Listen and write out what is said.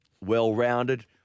Well-rounded